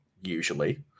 usually